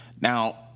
Now